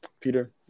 Peter